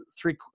three